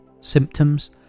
symptoms